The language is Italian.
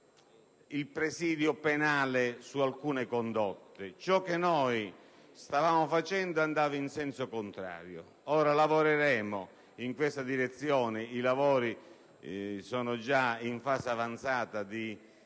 il presidio penale su alcune condotte. Ciò che stavamo attuando andava in senso contrario. Ora lavoreremo in questa direzione e siamo già in fase avanzata di